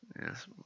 Yes